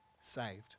saved